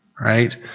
Right